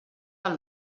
del